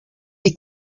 est